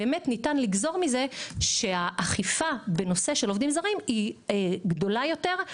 ניתן לגזור מזה שהאכיפה בנושא של עובדים זרים היא גדולה יותר,